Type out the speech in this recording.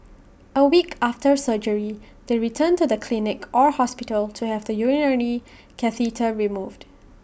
A week after surgery they return to the clinic or hospital to have the urinary catheter removed